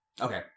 Okay